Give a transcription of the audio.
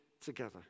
together